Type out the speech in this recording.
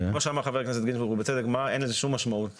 כמו שאמר חבר הכנסת גינזבורג ובצדק לרישום בפרוטוקול